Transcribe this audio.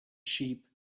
sheep